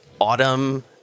autumn